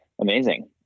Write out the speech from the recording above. amazing